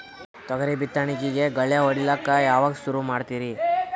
ತೊಗರಿ ಬಿತ್ತಣಿಕಿಗಿ ಗಳ್ಯಾ ಹೋಡಿಲಕ್ಕ ಯಾವಾಗ ಸುರು ಮಾಡತೀರಿ?